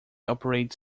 operates